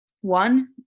one